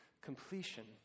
completion